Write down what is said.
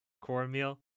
cornmeal